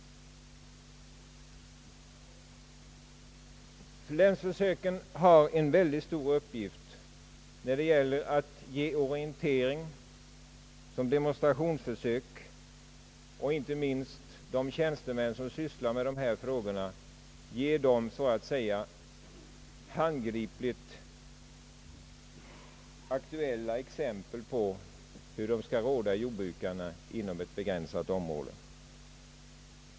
Länsförsöken har en synnerligen stor uppgift att fylla som demonstrationsförsök i orienterande syfte. De ger inte minst de tjänstemän som arbetar med dessa frågor handgripligt aktuella exempel på hur de skall råda jordbrukarna inom ett begränsat område.